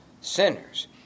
sinners